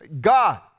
God